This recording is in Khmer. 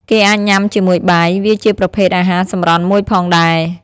គេអាចញ៉ាំជាមួយបាយ វាជាប្រភេទអាហារសម្រន់មួយផងដែរ ។